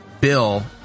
bill